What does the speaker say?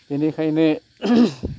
बिनिखायनो